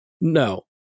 no